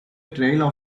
trail